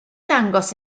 dangos